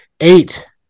Eight